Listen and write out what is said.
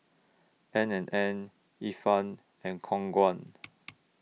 N and N Ifan and Khong Guan